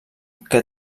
que